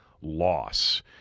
loss